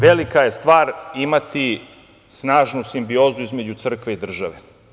Velika je stvar imati snažnu simbiozu između crkve i države.